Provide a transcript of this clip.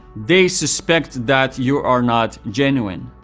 they suspect that you are not genuine.